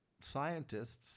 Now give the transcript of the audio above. scientists